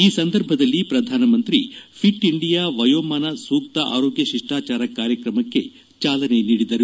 ಈ ಸಂದರ್ಭದಲ್ಲಿ ಪ್ರಧಾನಮಂತ್ರಿ ಫಿಟ್ ಇಂಡಿಯಾ ವಯೋಮಾನ ಸೂಕ್ತ ಆರೋಗ್ಯ ಶಿಷ್ಟಾಚಾರ ಕಾರ್ಯಕ್ರಮಕ್ಕೆ ಚಾಲನೆ ನೀಡಿದರು